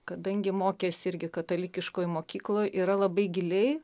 kadangi mokėsi irgi katalikiškoj mokykloj yra labai giliai